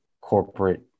corporate